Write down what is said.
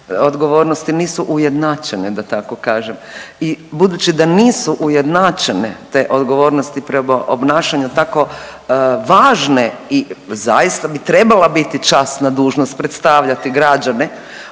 odgovornosti nisu ujednačene da tako kažem i budući da nisu ujednačene te odgovornosti prema obnašanju tako važne i zaista bi trebala biti časna dužnost predstavljati građane